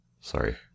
Sorry